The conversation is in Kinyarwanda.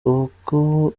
uko